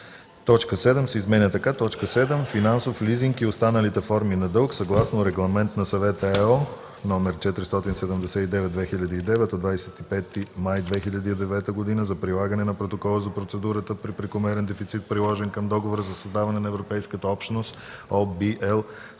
точка 7 се изменя така: „7. финансов лизинг и останалите форми на дълг съгласно Регламент на Съвета (ЕО) № 479/2009 от 25 май 2009 г. за прилагане на Протокола за процедурата при прекомерен дефицит, приложен към Договора за създаване на Европейската общност, (ОВ,